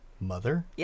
Mother